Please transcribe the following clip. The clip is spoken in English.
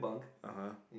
(uh huh)